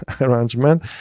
arrangement